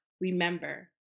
Remember